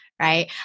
Right